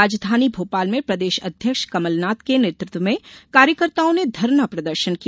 राजधानी भोपाल में प्रदेश अध्यक्ष कमलनाथ के नेतृत्व में कार्यकर्ताओं ने धरना प्रदर्शन किया